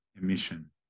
emission